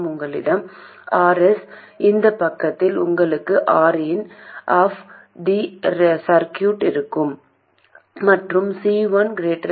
நீங்கள் இந்தக் கணக்கீடுகளைச் செய்யும்போது எப்போதும் ஒருவித நல்லறிவுச் சோதனைகளை வைத்திருப்பது நல்லது சில தீவிர நிகழ்வுகளை மதிப்பிடுவதன் மூலம் பதில் அர்த்தமுள்ளதா இல்லையா என்பதை நீங்கள் பார்க்கலாம்